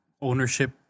ownership